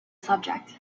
subject